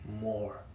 more